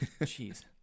Jeez